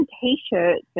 T-shirts